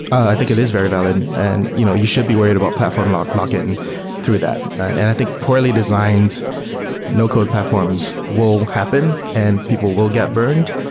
i think it is very valid, and you know you should be worried about platform lock-in lock-in through that. and and i think poorly designed no-code platforms will happen and people will get burned,